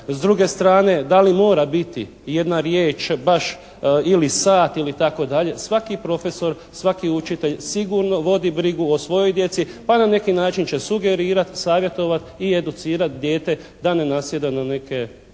S druge strane da li mora biti jedna riječ baš ili sat itd. Svaki profesor, svaki učitelj sigurno vodi brigu o svojoj djeci pa na neki način će sugerirati, savjetovati i educirati dijete da ne nasjeda na neke